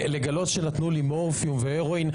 לגלות שנתנו לי מורפיום והרואין.